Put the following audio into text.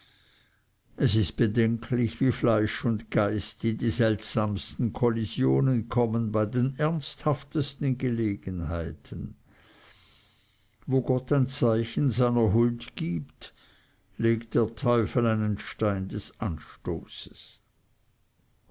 es ist bedenklich wie fleisch und geist in die seltsamsten kollisionen kommen bei den ernsthaftesten gelegenheiten wo gott ein zeichen seiner huld gibt legt der teufel einen stein des anstoßes